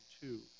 two